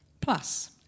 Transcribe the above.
Plus